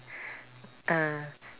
uh